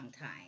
time